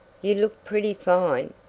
you look pretty fine.